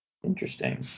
Interesting